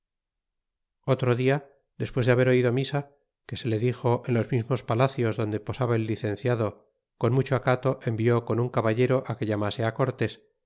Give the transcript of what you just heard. otro dia despues de haber oido misa que se le dixo en los mismos palacios donde posaba el licenciado con mucho acato envió con un caballero que llamaie cortés